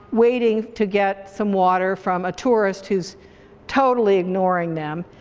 waiting to get some water from a tourist who's totally ignoring them,